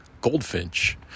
goldfinch